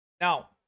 Now